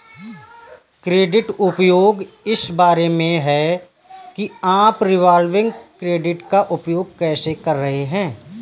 credit उपयोग इस बारे में है कि आप रिवॉल्विंग क्रेडिट का उपयोग कैसे कर रहे हैं